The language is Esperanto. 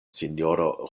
sinjoro